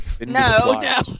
no